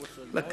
רבותי,